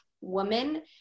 woman